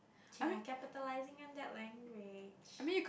ya capitalizing on that language